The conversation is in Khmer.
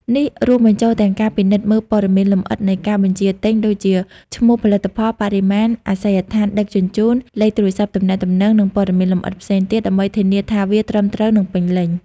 នេះរួមបញ្ចូលទាំងការពិនិត្យមើលព័ត៌មានលម្អិតនៃការបញ្ជាទិញ ដូចជាឈ្មោះផលិតផល បរិមាណ អាសយដ្ឋានដឹកជញ្ជូន លេខទូរសព្ទទំនាក់ទំនង និងព័ត៌មានលម្អិតផ្សេងទៀត ដើម្បីធានាថាវាត្រឹមត្រូវ និងពេញលេញ។